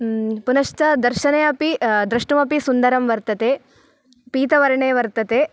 पुनश्च दर्शने अपि द्रष्टुमपि सुन्दरं वर्तते पीतवर्णे वर्तते